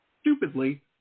stupidly